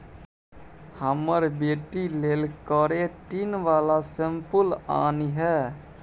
हमर बेटी लेल केरेटिन बला शैंम्पुल आनिहे